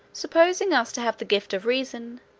supposing us to have the gift of reason,